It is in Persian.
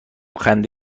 خنده